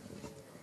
גברתי.